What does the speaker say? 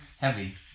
heavy